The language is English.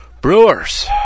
Brewers